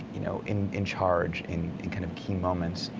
you know in in charge in in kind of key moments.